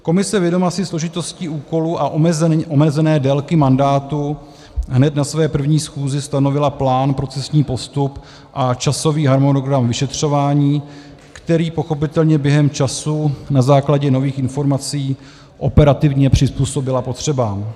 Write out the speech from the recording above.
Komise, vědoma si složitostí úkolu a omezené délky mandátu, hned na své první schůzi stanovila plán, procesní postup a časový harmonogram vyšetřovaní, který by pochopitelně během času na základě nových informací operativně přizpůsobila potřebám.